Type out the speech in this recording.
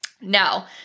Now